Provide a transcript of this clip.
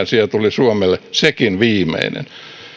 sija tuli suomelle sekin viimeinen